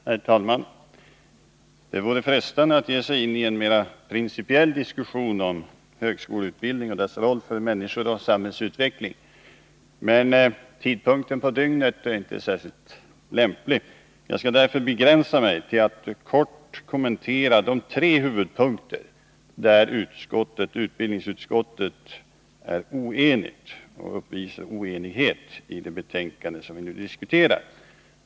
Herr talman! Det vore frestande att ge sig in i en mer principiell diskussion om högskoleutbildningen och dess roll för människor och samhällsutveckling, men tidpunkten på dygnet är inte särskilt lämplig. Jag skall därför begränsa mig till att kort kommentera de tre huvudpunkter där utbildningsutskottet är oenigt och det har uppstått oenighet i det betänkande som vi nu diskuterar.